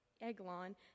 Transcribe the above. Eglon